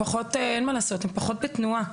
אין מה לעשות הם פחות בתנועה,